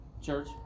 Church